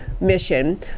mission